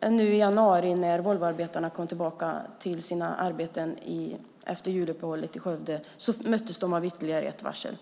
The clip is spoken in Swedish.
När Volvoarbetarna i Skövde kom tillbaka till sina arbeten i januari efter juluppehållet möttes de av ytterligare ett varsel.